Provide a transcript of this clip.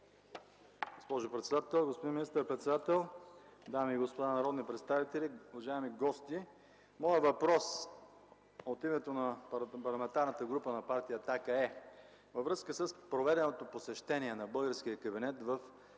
господин министър-председател, дами и господа народни представители, уважаеми гости! Моят въпрос от името на Парламентарната група на Партия „Атака” е във връзка с проведеното посещение на българския кабинет в